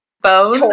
bone